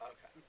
Okay